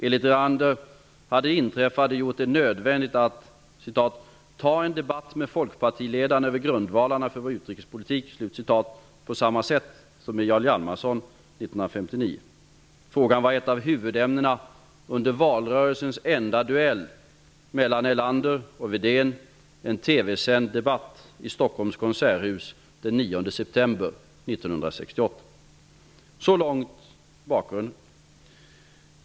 Enligt Erlander hade det inträffade gjort det nödvändigt att ''ta en debatt med folkpartiledaren över grundvalarna för vår utrikespolitik'' på samma sätt som med Jarl Hjalmarson 1959. Frågan var ett av huvudämnena under valrörelsens enda duell mellan Erlander och Wedén, en TV-sänd debatt i Så långt bakgrunden.